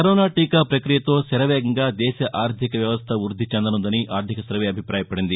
corona టీకా ప్రక్రియతో శరవేగంగా దేశ ఆర్టిక వ్యవస్ట వృద్ది చెందనుందని ఆర్టిక సర్వే అభిప్రాయ పడింది